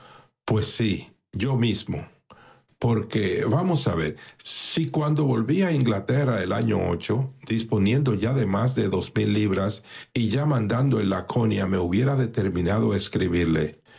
pues sí yo mismo porque vamos a ver si cuando volví a inglaterra el año ocho disponiendo ya de más de dos mil libráis y ya mandando el laeonia me hubiera determinado a escribirle